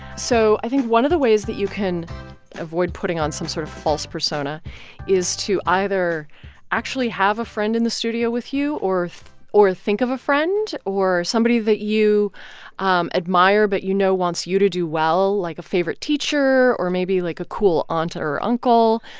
so i think one of the ways that you can avoid putting on some sort of false persona is to either actually have a friend in the studio with you or or think of a friend or somebody that you um admire but you know wants you to do well, like a favorite teacher or maybe like a cool aunt or uncle.